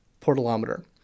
portalometer